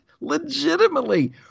legitimately